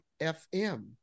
FM